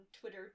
Twitter